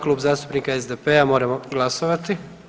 Klub zastupnika SDP-a moramo glasovati.